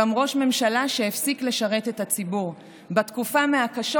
גם ראש ממשלה שהפסיק לשרת את הציבור בתקופה מהקשות